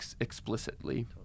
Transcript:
explicitly